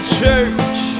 church